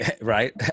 Right